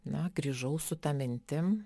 na grįžau su ta mintim